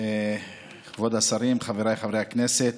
כבוד השרים, חבריי חברי הכנסת,